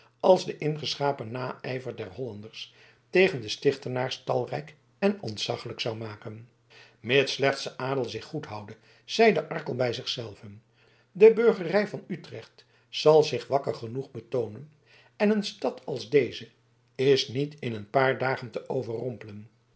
als de ingeschapen naijver der hollanders tegen de stichtenaars talrijk en ontzaglijk zou maken mits slechts de adel zich goed houde zeide arkel bij zich zelven de burgerij van utrecht zal zich wakker genoeg betoonen en een stad als deze is niet in een paar dagen te overrompelen